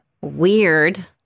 Weird